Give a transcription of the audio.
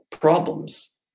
problems